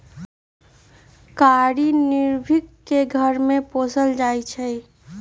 कारी नार्भिक के घर में पोशाल जाइ छइ